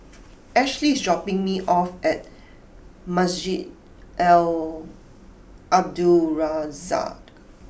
Ashlie is dropping me off at Masjid Al Abdul Razak